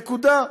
נקודה.